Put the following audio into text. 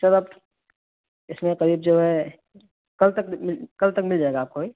سر اب اس میں قریب جو ہے کل تک کل تک مل جائے گا آپ کو